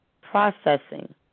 processing